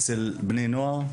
אצל בני נוער,